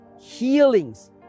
healings